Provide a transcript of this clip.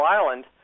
Island